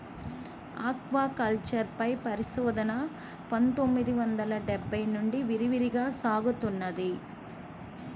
aquaculture పై పరిశోధన పందొమ్మిది వందల డెబ్బై నుంచి విరివిగా సాగుతున్నది